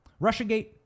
Russiagate